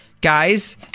guys